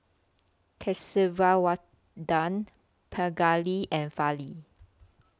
Kasiviswanathan Pingali and Fali